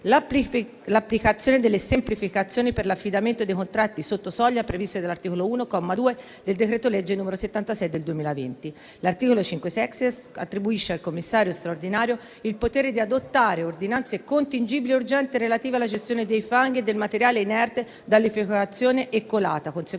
l'applicazione delle semplificazioni per l'affidamento dei contratti sotto soglia previsti dall'articolo 1, comma 2, del decreto-legge n. 76 del 2020. L'articolo 5-*sexies* attribuisce al Commissario straordinario il potere di adottare ordinanze contingibili e urgenti relative alla gestione dei fanghi e del materiale inerte da liquefazione e colata